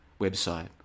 website